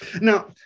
Now